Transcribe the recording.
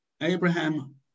Abraham